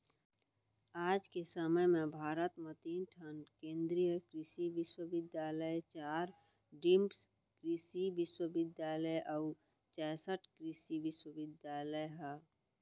आज के समे म भारत म तीन ठन केन्द्रीय कृसि बिस्वबिद्यालय, चार डीम्ड कृसि बिस्वबिद्यालय अउ चैंसठ कृसि विस्वविद्यालय ह